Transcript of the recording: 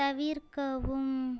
தவிர்க்கவும்